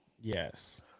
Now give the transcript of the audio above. yes